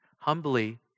humbly